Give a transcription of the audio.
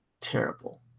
terrible